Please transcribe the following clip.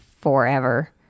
forever